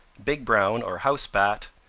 big brown or house bat,